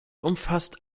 umfasst